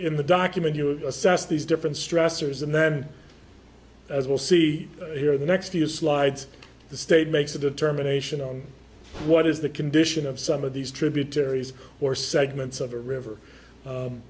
in the document you assess these different stressors and then as we'll see here the next year slides the state makes a determination on what is the condition of some of these tributaries or segments of the river